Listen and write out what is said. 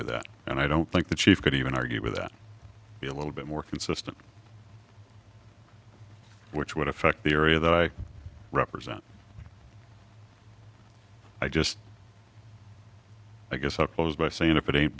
with that and i don't think the chief could even argue with that be a little bit more consistent which would affect the area that i represent i just i guess up close by saying if it ain't